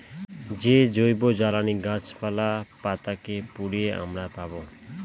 যে জৈবজ্বালানী গাছপালা, পাতা কে পুড়িয়ে আমরা পাবো